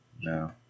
No